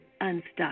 unstuck